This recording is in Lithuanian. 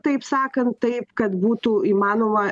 taip sakant taip kad būtų įmanoma